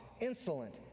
insolent